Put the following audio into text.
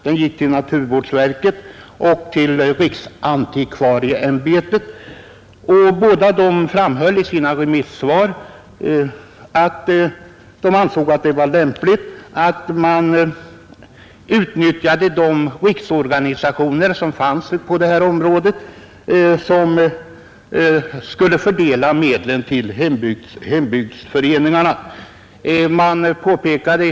Den gick till naturvårdsverket och till riksantikvariecämbetet. Båda dessa instanser framhöll i sina remissvar, att de ansåg det vara lämpligt att man lät de riksorganisationer som fanns på detta område fördela medlen till hembygdsföreningarna.